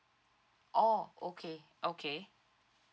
oh okay okay